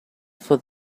for